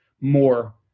more